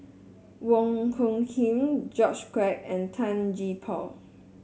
Wong Hung Khim George Quek and Tan Gee Paw